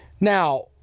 Now